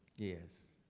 yes.